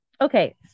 Okay